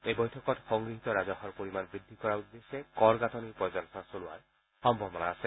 এই বৈঠকত সংগ্হীত ৰাজহৰ পৰিমাণ বৃদ্ধি কৰাৰ উদ্দেশ্যে কৰৰ গাঁথনি পৰ্যালোচনা চলোৱাৰ সম্ভাৱনা আছে